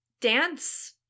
dance